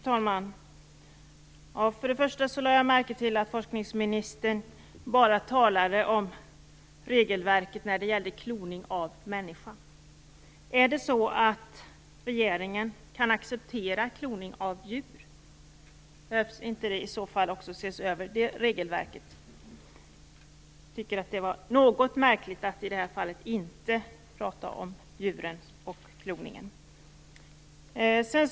Fru talman! För det första lade jag märke till att forskningsministern bara talade om regelverket när det gällde kloning av människor. Kan regeringen acceptera kloning av djur? Behövs i så fall inte det regelverket också ses över? Det var något märkligt att han i det här fallet inte talade om kloning av djur.